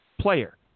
player